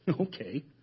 Okay